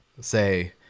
say